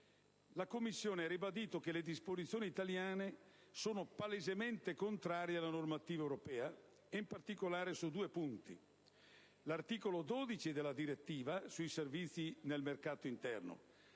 La Commissione ha ribadito che le disposizioni italiane sono palesemente contrarie alla normativa europea, in particolare su due punti: l'articolo 12 della direttiva sui servizi nel mercato interno